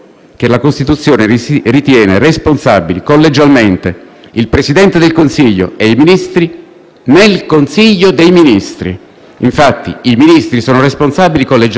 nel Consiglio dei ministri. Infatti i Ministri sono responsabili collegialmente degli atti del Consiglio dei ministri e individualmente degli atti dei loro Dicasteri.